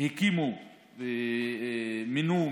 הקימו ומינו,